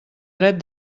dret